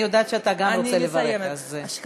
אני יודעת שגם אתה רוצה לברך, אז משפט סיכום.